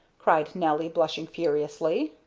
cried nelly, blushing furiously.